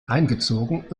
eingezogen